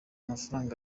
mafaranga